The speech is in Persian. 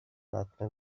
لطمه